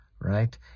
right